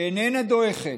שאיננה דועכת,